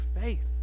faith